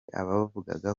abavugaga